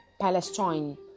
Palestine